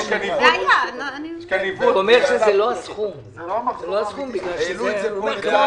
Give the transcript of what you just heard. העלינו את זה פה.